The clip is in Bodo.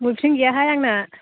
बयफ्रेन्ड गैयाहाय आंना